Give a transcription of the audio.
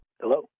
Hello